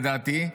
לדעתי.